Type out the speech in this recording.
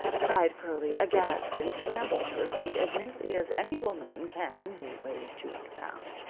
cried pearlie, aghast, and scrambled to her feet as nimbly as any woman can who weighs two hundred pounds.